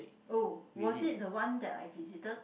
oh was it the one that I visited